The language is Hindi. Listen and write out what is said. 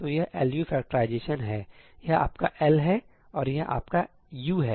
तो यह एलयू फैक्टराइजेशन सही हैयह आपका L है और यह आपका U है